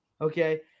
Okay